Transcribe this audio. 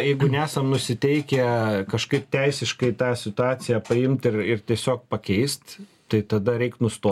jeigu nesam nusiteikę kažkaip teisiškai tą situaciją paimti ir ir tiesiog pakeist tai tada reik nusto